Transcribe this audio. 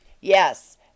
yes